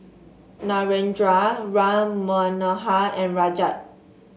Narendra Ram Manohar and Rajat